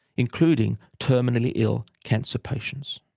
including terminally ill cancer patients.